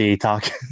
talk